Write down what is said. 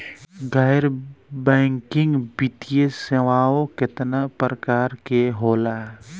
गैर बैंकिंग वित्तीय सेवाओं केतना प्रकार के होला?